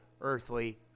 earthly